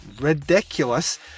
ridiculous